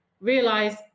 realize